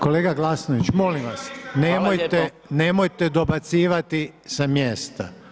Kolega Glasnović, molim vas, nemojte dobacivati sa mjesta.